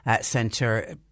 centre